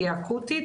היא אקוטית,